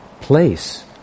place